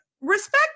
respect